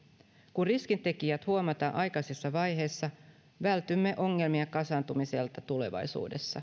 kun riskitekijät huomataan aikaisessa vaiheessa vältymme ongelmien kasaantumiselta tulevaisuudessa